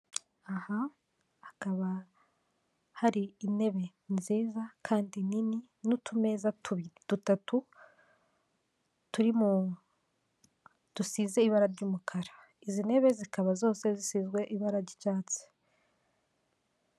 Imbere yanjye ndahabona umuryango ufunguye usize irangi ry'umuhondo hejuru yaho handitseho wesitani uniyoni, harimo abantu benshi bari kuhagana binjira bashaka serivisi za wesitani yuniyoni.